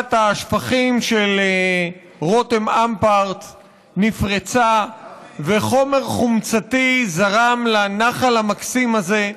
ברכת השפכים של רותם אמפרט נפרצה וחומר חומצתי זרם לנחל המקסים הזה,